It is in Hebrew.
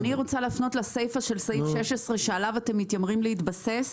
אני רוצה להיכנס לסיפא של סעיף 16 שעליו אתם מתיימרים להתבסס.